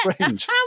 Strange